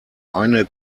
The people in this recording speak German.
eine